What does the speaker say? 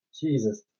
Jesus